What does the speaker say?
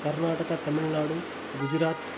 Karnataka Tamil Nadu Gujarat